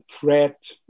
threat